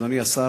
אדוני השר,